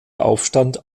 aufstand